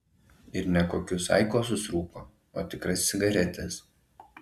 ir ne kokius aikosus rūko o tikras cigaretes